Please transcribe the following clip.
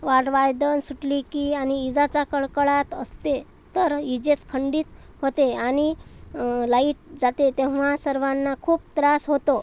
वादळ सुटली की आणि विजाचा कडकडाट असते तर विजेत खंडित होते आणि लाइट जाते तेव्हा सर्वांना खूप त्रास होतो